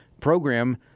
program